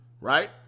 right